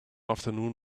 afternoon